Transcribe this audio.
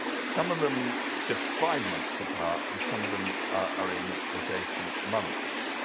some of them just five months apart, and some of them are in adjacent months.